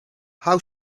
how